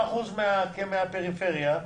כללית נותנת 70% בפריפריה .